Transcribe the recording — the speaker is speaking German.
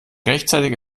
rechtzeitig